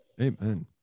Amen